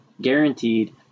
Guaranteed